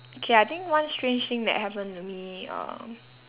okay I think one strange thing that happened to me um